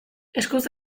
eskuz